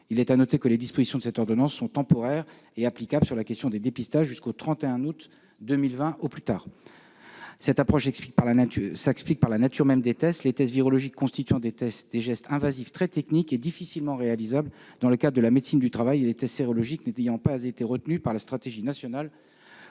Il est à noter que les dispositions de cette ordonnance sur la question des dépistages sont temporaires et applicables jusqu'au 31 août 2020 au plus tard. Cette approche s'explique par la nature même des tests, les tests virologiques constituant des gestes invasifs très techniques et difficilement réalisables dans le cadre de la médecine du travail et les tests sérologiques n'ayant pas été retenus dans la stratégie nationale